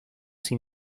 sin